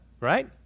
right